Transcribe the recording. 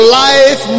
life